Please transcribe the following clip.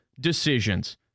decisions